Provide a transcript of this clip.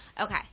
Okay